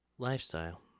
Lifestyle